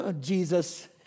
Jesus